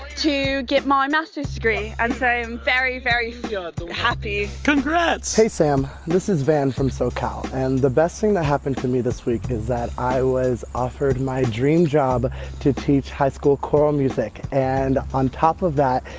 to get my masters degree. and so i'm very, very yeah happy congrats hey, sam. this is van from so-cal. and the best thing that happened to me this week is that i was offered my dream job to teach high school choral music. and on top of that,